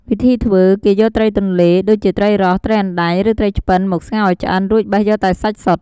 វិធីធ្វើ គេយកត្រីទន្លេ ដូចជាត្រីរ៉ស់ ត្រីអណ្ដែង ឬត្រីឆ្ពិន មកស្ងោរឱ្យឆ្អិន រួចបេះយកតែសាច់សុទ្ធ។